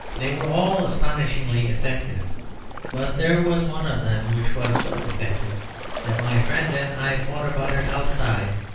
they were all astonishingly effective but there was one of them which was so effective that my friend and i fought about it outside,